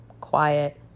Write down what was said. quiet